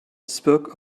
spoke